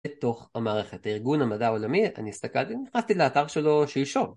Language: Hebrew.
בתוך המערכת הארגון המדעי העולמי, אני הסתכלתי, נכנסתי לאתר שלו שלשום.